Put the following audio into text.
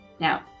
Now